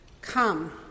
Come